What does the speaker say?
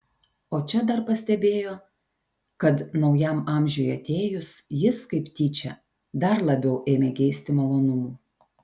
o čia dar pastebėjo kad naujam amžiui atėjus jis kaip tyčia dar labiau ėmė geisti malonumų